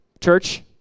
Church